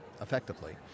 effectively